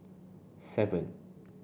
seven